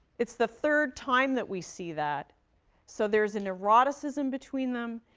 it's the third time that we see that so there is an eroticism between them.